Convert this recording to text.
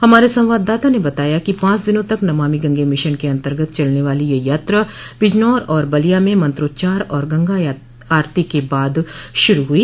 हमारे संवाददाता ने बताया कि पांच दिनों तक नमामि गंगे मिशन के अंतर्गत चलने वाली यह यात्रा बिजनौर और बलिया में मंत्रोच्चार और गंगा आरती के बाद शुरू हुई